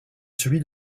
celui